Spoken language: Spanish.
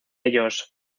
ellos